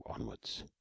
onwards